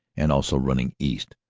and also running east,